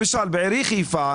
למשל בעיר חיפה,